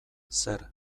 zer